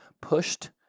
pushed